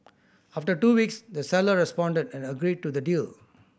after two weeks the seller responded and agreed to the deal